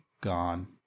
gone